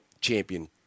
champion